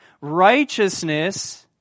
righteousness